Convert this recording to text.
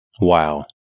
Wow